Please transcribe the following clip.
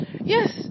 yes